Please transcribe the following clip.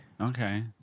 okay